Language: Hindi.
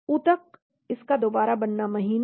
ऊतक इसका दोबारा बनना महीनों